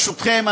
ברשותכם,